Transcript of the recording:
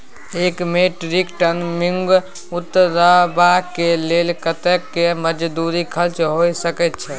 एक metric ton मूंग उतरबा के लेल कतेक मजदूरी खर्च होय सकेत छै?